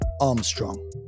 Armstrong